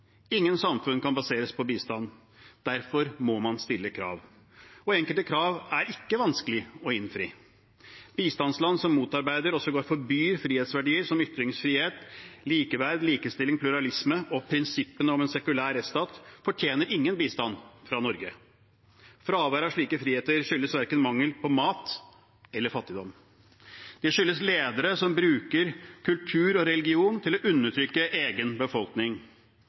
Ingen samfunn kan baseres på bistand. Derfor må man stille krav. Enkelte krav er ikke vanskelige å innfri. Bistandsland som motarbeider og sågar forbyr frihetsverdier som ytringsfrihet, likeverd, likestilling, pluralisme og prinsippene om en sekulær rettsstat, fortjener ingen bistand fra Norge. Fravær av slike friheter skyldes verken mangel på mat eller fattigdom. Det skyldes ledere som bruker kultur og religion til å undertrykke egen befolkning.